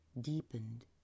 deepened